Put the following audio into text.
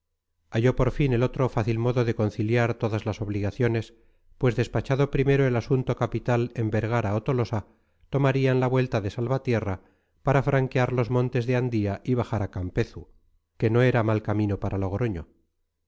halló por fin el otro fácil modo de conciliar todas las obligaciones pues despachado primero el asunto capital en vergara o tolosa tomarían la vuelta de salvatierra para franquear los montes de andía y bajar a campezu que no era mal camino para logroño